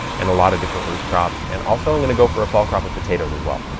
and a lot of different root crops. and also i'm going to go for a fall crop of potatoes as well.